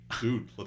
dude